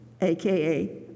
aka